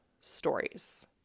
stories